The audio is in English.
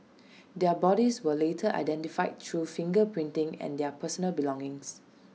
their bodies were later identified through finger printing and their personal belongings